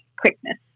quickness